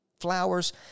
flowers